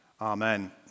Amen